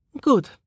Good